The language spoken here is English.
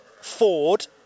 Ford